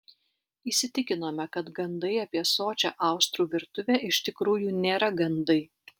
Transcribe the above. įsitikinome kad gandai apie sočią austrų virtuvę iš tikrųjų nėra gandai